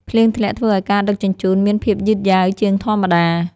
ភ្លៀងធ្លាក់ធ្វើឱ្យការដឹកជញ្ជូនមានភាពយឺតយ៉ាវជាងធម្មតា។